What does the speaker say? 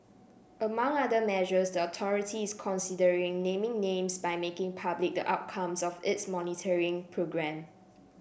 among other measures the authority is considering naming names by making public the outcomes of its monitoring programme